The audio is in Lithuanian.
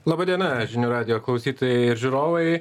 laba diena žinių radijo klausytojai ir žiūrovai